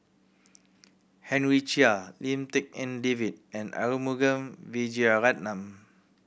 Henry Chia Lim Tik En David and Arumugam Vijiaratnam